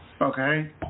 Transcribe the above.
Okay